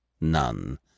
None